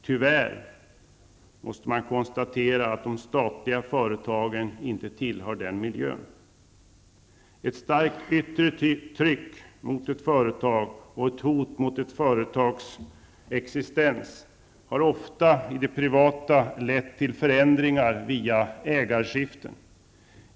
Tyvärr måste man konstatera att de statliga företagen inte tillhör denna miljö. Ett starkt yttre tryck mot ett företag och ett hot mot ett företags existens har på det privata området ofta lett till att förändringar drivits fram via ägarskiften.